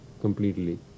completely